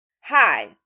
Hi